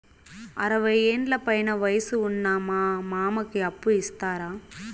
అరవయ్యేండ్ల పైన వయసు ఉన్న మా మామకి అప్పు ఇస్తారా